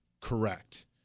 Correct